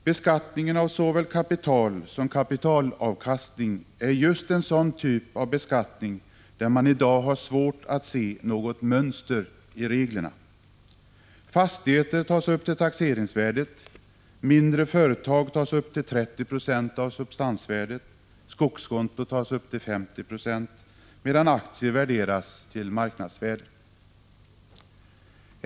Beskattningen av såväl kapital som kapitalavkastning är just en sådan typ av beskattning där det i dag är svårt att se något mönster i reglerna. Fastigheter tas upp till taxeringsvärdet, mindre företag tas upp till 30 96 av substansvärdet, skogskontot tas upp till 50 26, medan aktier värderas till marknadsvärdet.